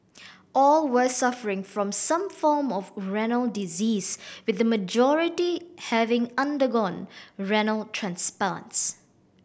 all were suffering from some form of renal disease with the majority having undergone renal